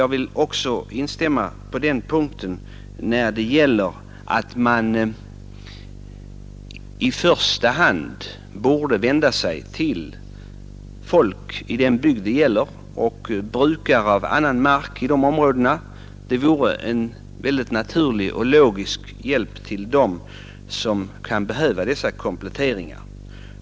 Jag vill också instämma i att man i första hand borde vända sig till folk i den bygd det gäller och till brukare av annan mark i de områdena. Det vore en naturlig och logisk hjälp till sådana som kan behöva dessa kompletteringar.